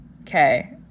okay